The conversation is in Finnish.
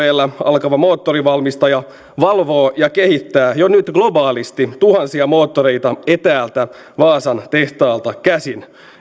alkava moottorivalmistaja valvoo ja kehittää jo nyt globaalisti tuhansia moottoreita etäältä vaasan tehtaalta käsin